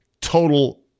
total